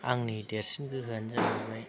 आंनि देरसिन गोहोआनो जाहैबाय